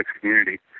community